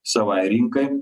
savai rinkai